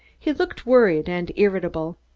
he looked worried and irritable.